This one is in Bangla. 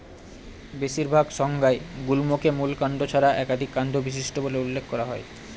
বেশিরভাগ সংজ্ঞায় গুল্মকে মূল কাণ্ড ছাড়া একাধিক কাণ্ড বিশিষ্ট বলে উল্লেখ করা হয়